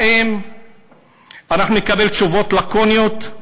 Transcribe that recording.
האם אנחנו נקבל תשובות לקוניות,